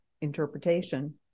interpretation